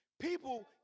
people